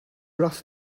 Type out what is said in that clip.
rough